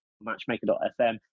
matchmaker.fm